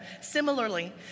similarly